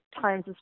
times